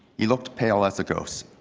he looked pale as a ghost.